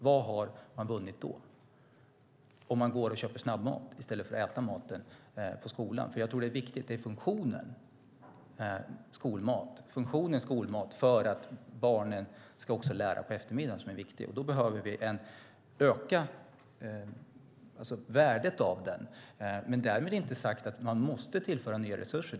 Vad har man vunnit om de går och köper snabbmat i stället för att äta maten i skolan? Jag tror att det är viktigt med funktionen skolmat för att barnen ska kunna lära sig också på eftermiddagen. Då behöver vi öka värdet av skolmaten, men därmed inte sagt att man måste tillföra nya resurser.